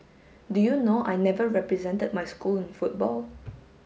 do you know I never represented my school in football